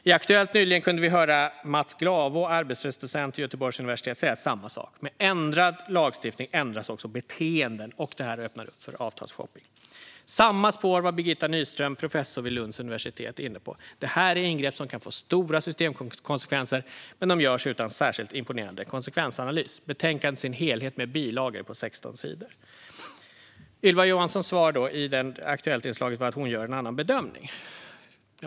I Aktuellt kunde vi nyligen höra Mats Glavå, arbetsrättsdocent vid Göteborgs universitet, säga samma sak: Med ändrad lagstiftning ändras också beteenden, och det här öppnar upp för avtalsshopping. Samma spår var Birgitta Nyström, professor vid Lunds universitet, inne på. Detta är ingrepp som kan få stora systemkonsekvenser, men de görs utan särskilt imponerande konsekvensanalys. Betänkandet i sin helhet, med bilagor, är på 16 sidor. Ylva Johanssons svar i inslaget i Aktuellt var att hon gör en annan bedömning.